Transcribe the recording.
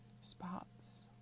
spots